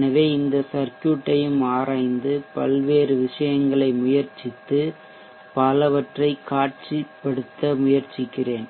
எனவே இந்த சர்க்யூட் ஐயும் ஆராய்ந்து பல்வேறு விஷயங்களை முயற்சித்து பலவற்றைக் காட்சிப்படுத்த முயற்சிக்கிறேன்